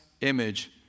image